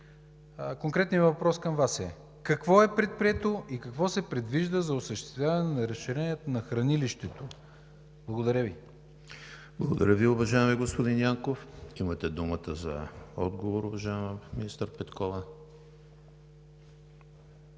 конкретният въпрос към Вас е: какво е предприето и какво се предвижда за осъществяване на разширението на хранилището? Благодаря Ви. ПРЕДСЕДАТЕЛ ЕМИЛ ХРИСТОВ: Благодаря Ви, уважаеми господин Янков. Имате думата за отговор, уважаема министър Петкова.